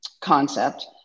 concept